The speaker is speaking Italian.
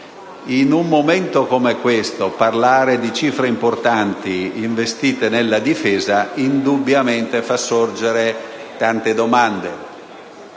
In un momento come questo, parlare di cifre importanti investite nella difesa indubbiamente fa sorgere tante domande: